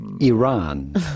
iran